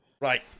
Right